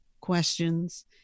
questions